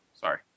Sorry